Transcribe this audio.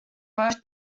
both